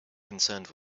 concerned